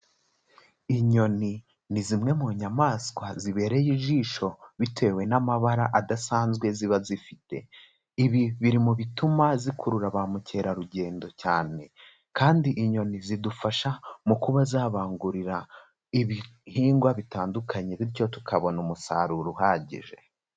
Inyoni ni zimwe mu nyamaswa zibereye ijisho, bitewe n'amabara adasanzwe ziba zifite. Ibi biri mu bituma zikurura bamukerarugendo cyane kandi inyoni zidufasha mu kuba zabangurira ibihingwa bitandukanye bityo tukabona umusaruro uhagije.